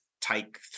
take